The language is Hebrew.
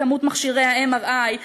כמות מכשירי ה-MRI,